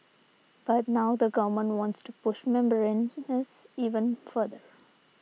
but now the Government wants to push membranes even further